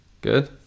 Good